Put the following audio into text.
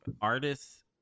artists